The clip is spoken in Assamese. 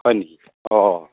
হয় নেকি অ'